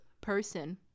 person